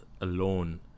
alone